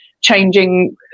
changing